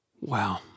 Wow